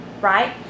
right